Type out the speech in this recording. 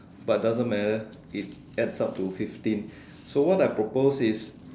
but doesn't matter it adds up to fifteen so what I propose is